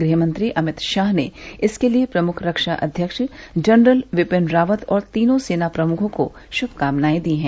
गृहमंत्री अमित शाह ने इसके लिए प्रमुख रक्षा अध्यक्ष जनरल बिपिन रावत और तीनों सेना प्रमुखों को शुभकामनाएं दी हैं